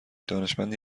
دانشمندی